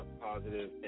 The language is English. positive